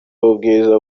w’ubwiza